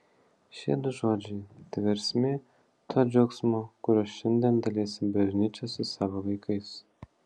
šie du žodžiai tai versmė to džiaugsmo kuriuo šiandien dalijasi bažnyčia su savo vaikais